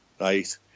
Right